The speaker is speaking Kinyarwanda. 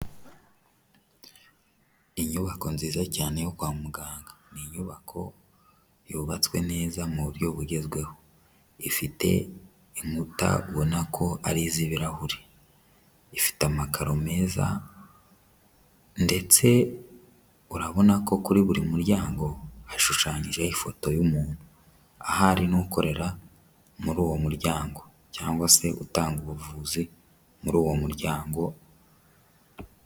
Inyubako nziza cyane yo kwa muganga, ni inyubako yubatswe neza mu buryo bugezweho, ifite inkuta ubona ko ari iz'ibirahuri ifite amakaro meza ndetse urabona ko kuri buri muryango hashushanyijeho ifoto y'umuntu ahari n'ukorera muri uwo muryango cyangwa se utanga ubuvuzi muri uwo muryango.